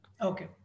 Okay